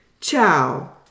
Ciao